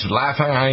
laughing